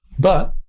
but,